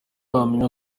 wamenya